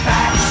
Back